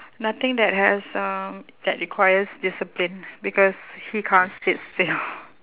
nothing that has um that requires discipline because he can't sit still